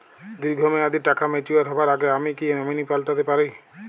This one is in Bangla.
দীর্ঘ মেয়াদি টাকা ম্যাচিউর হবার আগে আমি কি নমিনি পাল্টা তে পারি?